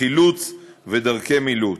חילוץ ודרכי מילוט.